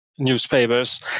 newspapers